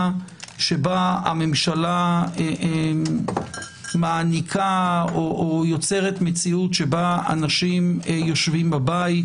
שבה הממשלה מעניקה או יוצרת מציאות שבה אנשים יושבים בבית,